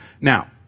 Now